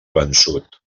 vençut